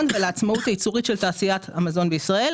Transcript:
ולעצמאות הייצור של תעשיית המזון בישראל.